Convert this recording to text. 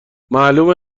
معلومه